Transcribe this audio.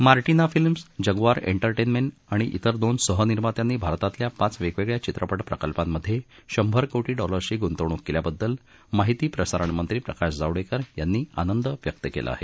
Martina films Jaguar entertainment आणि तेर दोन सहनिर्मात्यांनी भारतातील पाच वेगवेगळया चित्रपट प्रकल्पांमधे शंभर कोटी डॉलर्सची गुंतवणूक केल्याबद्दल माहिती प्रसारण मंत्री प्रकाश जावडेकर यांनी आनंद व्यक्त केला आहे